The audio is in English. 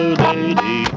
lady